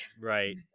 Right